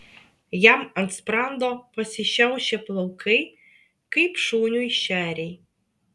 jam ant sprando pasišiaušė plaukai kaip šuniui šeriai